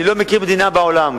אני לא מכיר מדינה בעולם,